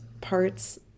parts